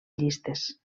llistes